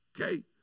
Okay